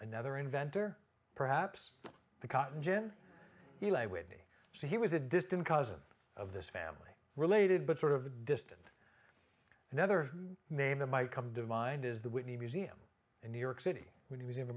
another inventor perhaps the cotton gin eli whitney so he was a distant cousin of this family related but sort of distant another name that might come to mind is the whitney museum in new york city when he was